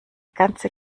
ganze